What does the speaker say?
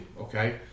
okay